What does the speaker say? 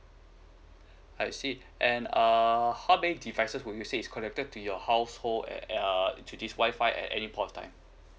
I see and err how many devices would you say is connected to your household at uh to this wifi at any point of time